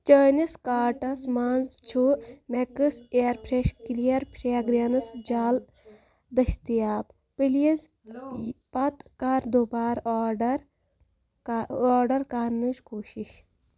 چٲنِس کارٹس مَنٛز چھُ max air fresh clear fragrance gel دٔسیتاب پُلیٖز پتہٕ کَر دُبارٕ آرڈر کا آرڈَر کَرنٕچ کوٗشش